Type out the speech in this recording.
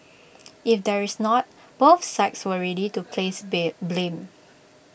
if there's not both sides were ready to place beer blame